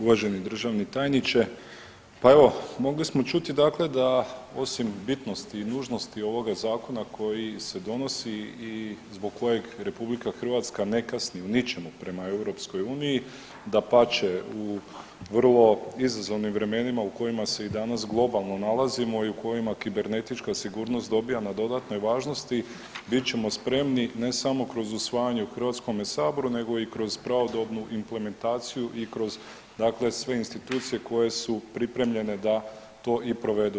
Uvaženi državni tajniče, pa evo mogli smo čuti dakle da osim bitnosti i nužnosti ovoga zakona koji se donosi i zbog kojeg RH ne kasni ni u čemu prema EU, dapače u vrlo izazovnim vremenima u kojima se i danas globalno nalazimo i u kojima kibernetička sigurnost dobija na dodatnoj važnosti bit ćemo spremni ne samo kroz usvajanje u HS nego i kroz pravodobnu implementaciju i kroz dakle sve institucije koje su pripremljene da to i provedu.